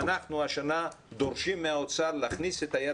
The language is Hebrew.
אנחנו השנה דורשים מהאוצר להכניס את היד